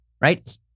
right